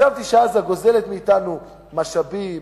חשבתי שעזה גוזלת מאתנו משאבים,